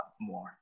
more